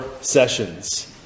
sessions